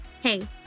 Hey